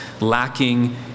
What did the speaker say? lacking